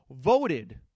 voted